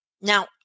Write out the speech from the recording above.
Now